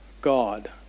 God